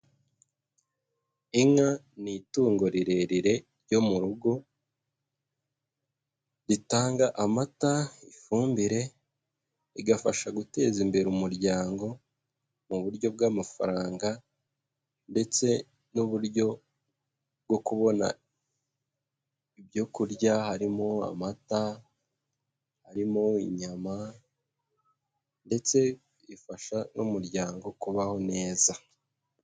Inka ni itungo rirerire ryo mu rugo, ritanga amata, ifumbire, igafasha guteza imbere umuryango mu buryo bw'amafaranga ndetse n'uburyo bwo kubona ibyo kurya, harimo amata, harimo inyama ndetse ifasha n'umuryango kubaho neza.